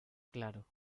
claro